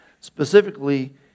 specifically